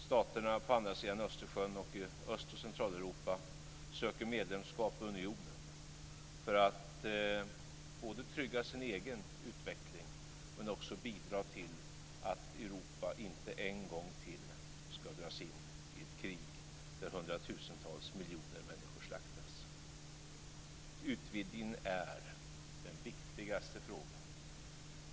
Staterna på andra sidan Östersjön och i Öst och Centraleuropa söker medlemskap i unionen för att både trygga sin egen utveckling och bidra till att Europa inte en gång till ska dras in i ett krig där hundratusentals miljoner människor slaktas. Utvidgningen är den viktigaste frågan.